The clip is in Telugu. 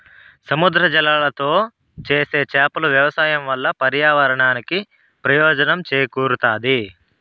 సముద్ర జలాలతో చేసే చేపల వ్యవసాయం వల్ల పర్యావరణానికి ప్రయోజనం చేకూరుతాది